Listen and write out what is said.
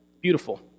Beautiful